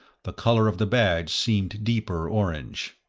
the color of the badge seemed deeper orange.